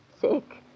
Sick